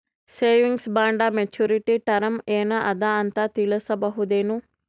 Savings bond maturity term ಏನ ಅದ ಅಂತ ತಿಳಸಬಹುದೇನು?